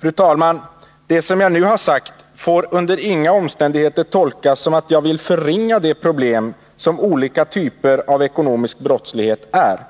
Fru talman! Det som jag nu har sagt får under inga omständigheter tolkas så, att jag vill förringa de problem som olika typer av ekonomisk brottslighet medför.